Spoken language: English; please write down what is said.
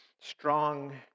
strong